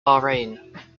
bahrain